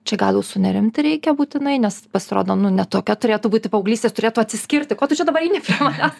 čia gal jau sunerimti reikia būtinai nes pasirodo nu ne tokia turėtų būti paauglystė jis turėtų atsiskirti ko tu čia dabar eini prie manęs